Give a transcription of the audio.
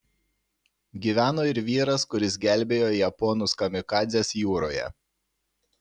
gyveno ir vyras kuris gelbėjo japonus kamikadzes jūroje